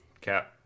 Cap